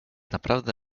naprawdę